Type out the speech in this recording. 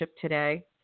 today